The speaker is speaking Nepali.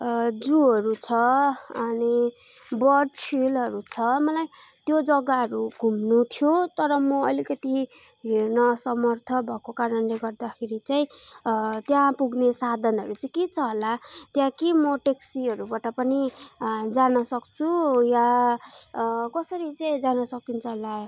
जुहरू छ अनि बर्ड सिलहरू छ मलाई त्यो जगाहरू घुम्नु थियो तर म अलिकति हिँड्न असमर्थ भएको कारणले गर्दाखेरि चाहिँ त्यहाँ पुग्ने साधनहरू चाहिँ के के छ होला त्यहाँ के म ट्याक्सीहरूबाट पनि जान सक्छु या कसरी चाहिँ जान सकिन्छ होला